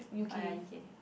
oh ya U_K